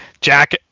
jack